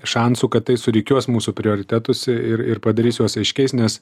šansų kad tai surikiuos mūsų prioritetus ir ir padarys juos aiškiais nes